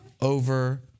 over